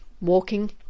Walking